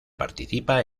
participa